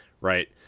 right